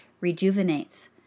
rejuvenates